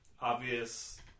obvious